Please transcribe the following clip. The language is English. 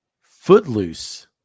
Footloose